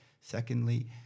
Secondly